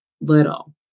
little